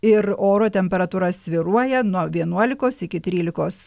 ir oro temperatūra svyruoja nuo vienuolikos iki trylikos